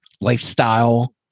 lifestyle